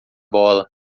bola